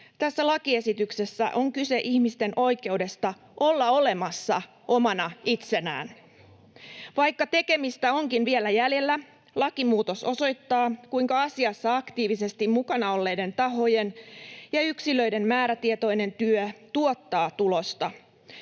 Tässä lakiesityksessä on kyse ihmisten oikeudesta olla olemassa omana itsenään. Vaikka tekemistä onkin vielä jäljellä, lakimuutos osoittaa, kuinka asiassa aktiivisesti mukana olleiden tahojen ja yksilöiden määrätietoinen työ tuottaa tulosta.